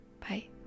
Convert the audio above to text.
Bye